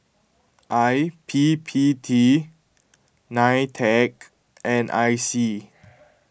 I P P T nine Tec and I C